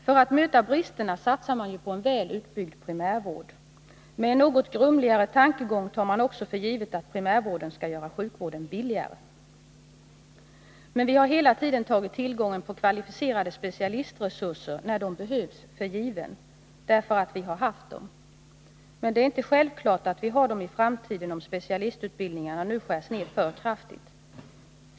För att möta bristerna satsar man nu på en väl utbyggd primärvård. Med en något grumlig tankegång tar man också för givet att primärvården skall göra sjukvården billigare. Men vi har hela tiden tagit tillgången på kvalificerade specialistresurser — när dessa behövs — för given, och vi har kunnat göra det därför att vi har haft dessa specialister. Det är emellertid inte självklart att vi har dem i framtiden, om specialistutbildningarna nu skärs ned för kraftigt.